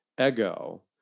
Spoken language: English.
ego